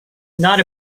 not